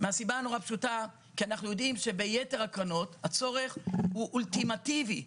כי אנחנו יודעים שביתר הקרנות הצורך הוא אולטימטיבי,